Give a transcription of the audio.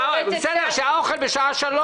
אתה רואה שהזכרתי את זה.